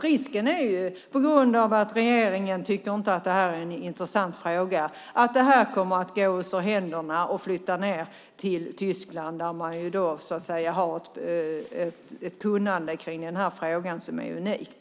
Risken är, på grund av att regeringen inte tycker att det här är en intressant fråga, att det här går oss ur händerna och flyttar ned till Tyskland där man har ett kunnande kring den här frågan som är unikt.